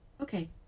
Okay